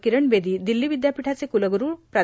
किरण बेदी दिल्ली विद्यापीठाचे कूलगुरू प्रा